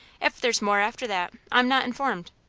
if there's more after that, i'm not informed.